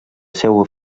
seua